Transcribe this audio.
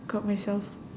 got myself